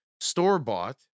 store-bought